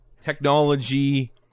technology